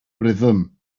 rhythm